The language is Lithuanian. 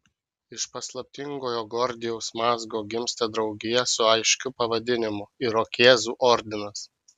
iš paslaptingojo gordijaus mazgo gimsta draugija su aiškiu pavadinimu irokėzų ordinas